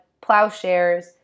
Plowshares